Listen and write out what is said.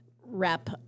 rep